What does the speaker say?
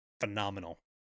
phenomenal